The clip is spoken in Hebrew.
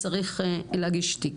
צריך להגיש תיק.